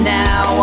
now